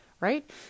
Right